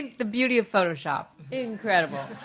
the beauty of photoshop. incredible.